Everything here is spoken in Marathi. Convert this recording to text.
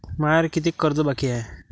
मायावर कितीक कर्ज बाकी हाय?